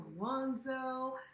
Alonzo